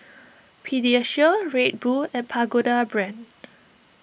Pediasure Red Bull and Pagoda Brand